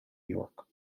york